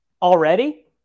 Already